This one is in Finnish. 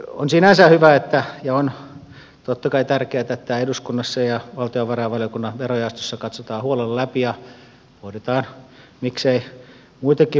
on sinänsä hyvä ja on totta kai tärkeätä että eduskunnassa ja valtiovarainvaliokunnan verojaostossa tämä katsotaan huolella läpi ja pohditaan miksei muitakin vaihtoehtoja